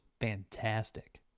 fantastic